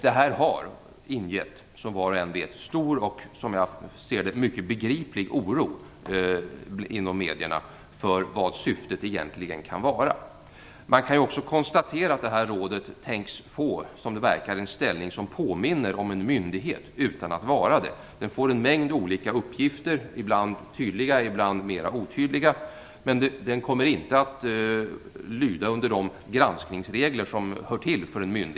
Detta har ingett stor och, som jag ser det, mycket begriplig oro inom medierna för vad syftet egentligen kan vara. Vi kan också konstatera att det här rådet tänks få en ställning som påminner om en myndighet utan att vara det. Det får en mängd olika uppgifter, ibland tydliga ibland mer otydliga. Men det kommer inte att lyda under de granskningsregler som hör till för en myndighet.